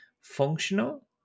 functional